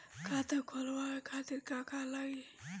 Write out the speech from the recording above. खाता खोलवाए खातिर का का लागी?